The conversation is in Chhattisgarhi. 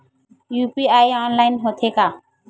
यू.पी.आई ऑनलाइन होथे का?